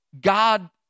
God